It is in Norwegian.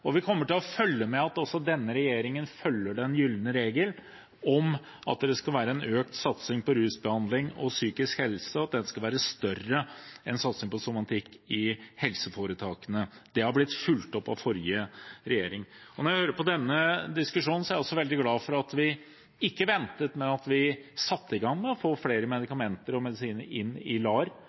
og vi kommer til å følge med på at også denne regjeringen følger den gylne regel om at det skal være en økt satsing på rusbehandling og psykisk helse, og at den skal være større enn satsingen på somatikk i helseforetakene. Det har blitt fulgt opp av den forrige regjeringen. Når jeg hører på denne diskusjonen, er jeg også veldig glad for at vi ikke ventet med å sette i gang med å få flere medikamenter og medisiner inn i